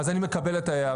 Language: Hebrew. אז אני מקבל את ההערה.